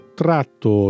tratto